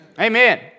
Amen